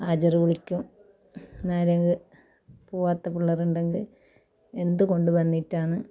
ഹാജറ് വിളിക്കും അന്നാരെങ്കിൽ പോവാത്ത പിള്ളേർ ഉണ്ടെങ്കിൽ എന്ത് കൊണ്ട് വന്നിറ്റാന്ന്